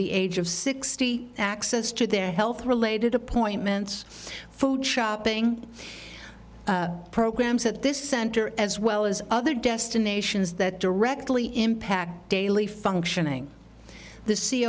the age of sixty access to their health related appointments food shopping programs at this center as well as other destinations that directly impact daily functioning the